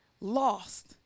lost